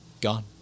gone